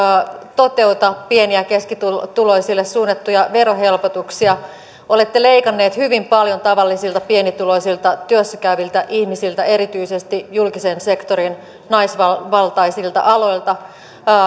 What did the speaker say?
toteuta pieni ja keskituloisille suunnattuja verohelpotuksia olette leikanneet hyvin paljon tavallisilta pienituloisilta työssä käyviltä ihmisiltä erityisesti julkisen sektorin naisvaltaisilta aloilta